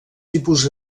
tipus